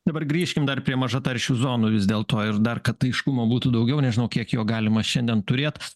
dabar grįžkim dar prie maža taršių zonų vis dėl to ir dar kad aiškumo būtų daugiau nežinau kiek jo galima šiandien turėt